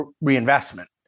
reinvestment